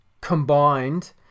combined